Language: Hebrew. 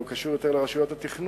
הוא קשור יותר לרשויות התכנון,